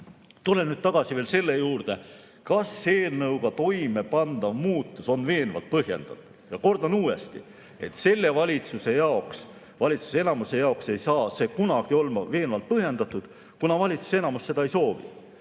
Tulen nüüd veel tagasi selle juurde, kas eelnõuga toimepandav muutus on veenvalt põhjendatud, ja kordan uuesti, et selle valitsuse jaoks, valitsuse enamuse jaoks ei saa see kunagi olla veenvalt põhjendatud, kuna valitsuse enamus seda ei soovi.